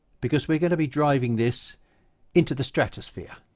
because we're going to be driving this into the stratosphere